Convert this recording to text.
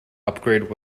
upgrade